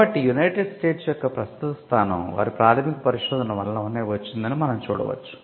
కాబట్టి United States యొక్క ప్రస్తుత స్థానం వారి ప్రాథమిక పరిశోధనల వలననే వచ్చిందని మనం చూడవచ్చు